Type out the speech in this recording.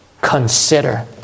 consider